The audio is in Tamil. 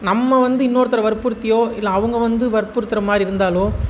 நம்ம வந்து இன்னொருத்தரை வற்புறுத்தியோ இல்லை அவங்க வந்து வற்புறுத்துகிற மாதிரி இருந்தாலும்